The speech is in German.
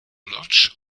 lodge